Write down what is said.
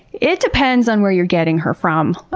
it depends on where you're getting her from.